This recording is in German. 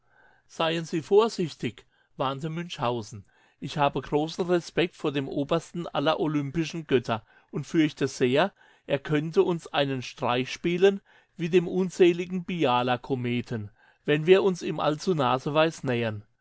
seien sie vorsichtig warnte münchhausen ich habe großen respekt vor dem obersten aller olympischen götter und fürchte sehr er könnte uns einen streich spielen wie dem unseligen biela kometen wenn wir uns ihm allzu naseweis nähern